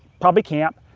probably camp.